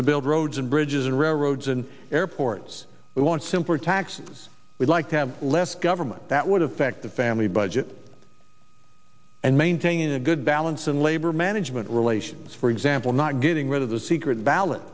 to build roads and bridges and roads and airports we want simpler taxes we'd like to have less government that would affect the family budget and maintaining a good balance in labor management relations for example not getting rid of the secret ballot